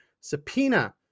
subpoena